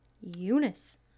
Eunice